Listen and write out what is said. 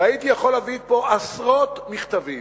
והייתי יכול להביא לכאן עשרות מכתבים,